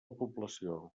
població